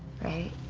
right?